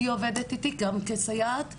היא עובדת איתי גם כסייעת מובילה.